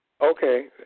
Okay